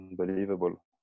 unbelievable